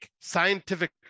scientific